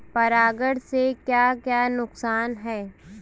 परागण से क्या क्या नुकसान हैं?